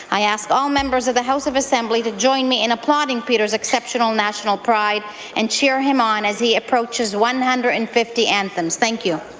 i ask all members of the house of assembly to join me in applauding peter's exceptional national pride and cheer him on as he approaches one hundred and fifty anthems. thank you.